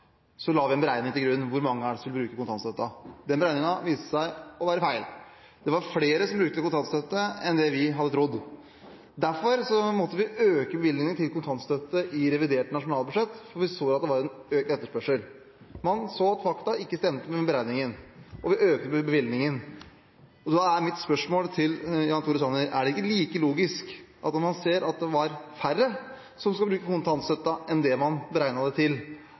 la den til grunn en beregning av hvor mange det var som ville bruke kontantstøtten. Den beregningen viste seg å være feil. Det var flere som brukte kontantstøtte enn det vi hadde trodd. Derfor måtte vi øke bevilgningen til kontantstøtte i revidert nasjonalbudsjett, for vi så at det var økt etterspørsel. Vi så at fakta ikke stemte med beregningen, og vi økte bevilgningen. Mitt spørsmål til Jan Tore Sanner er: Når man ser at det er færre som bruker kontantstøtten enn det man har beregnet, og man ser at barnehageutgiftene går opp, er det ikke da logisk å legge samme logikk til